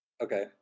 Okay